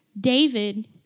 David